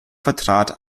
vertrat